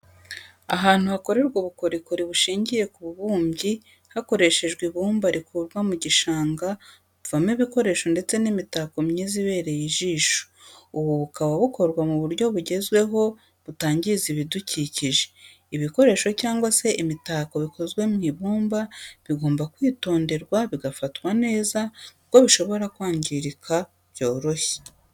Ahantu hakorerwa ubukorikori bushingiye ku bubumbyi, hakoreshejwe ibumba rikurwa mu gishang, buvamo ibikoresho ndetse n'imitako myiza ibereye ijisho. Ubu bukaba bukorwa mu buryo bugezweho butangiza ibidukikije, ibikoresho cyangwa se imitako bikozwe mu ibumba bigomba kwitonderwa bigafatwa neza kuko bishobora kwangirika byoroshye.